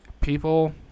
People